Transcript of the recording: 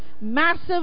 massive